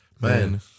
Man